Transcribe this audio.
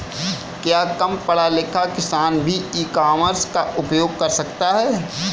क्या कम पढ़ा लिखा किसान भी ई कॉमर्स का उपयोग कर सकता है?